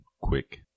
quick